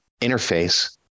interface